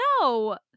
no